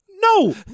No